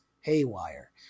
haywire